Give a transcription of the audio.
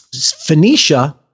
Phoenicia